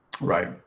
Right